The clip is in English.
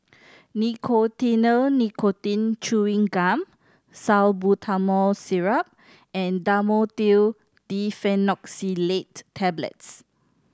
Nicotinell Nicotine Chewing Gum Salbutamol Syrup and Dhamotil Diphenoxylate Tablets